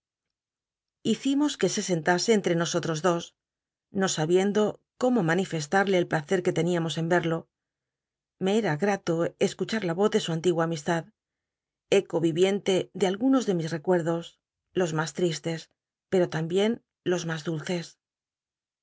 hicimos qne se sentase enllo nosotros dos no sabiendo cómo manifestarlo el placet que teníamos en verlo me em sato escucha la voz de sn antigua amistad ceo viviente de algunos de mis recuerdos los mas tristes pcl'o tambicn los mas dulces